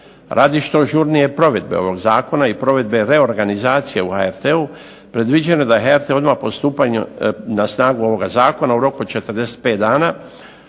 Radi što žurnije provedbe ovog zakona i provedbe reorganizacije u HRT-u predviđeno je da HRT odmah po stupanju na snagu ovoga zakona u roku od 45 dana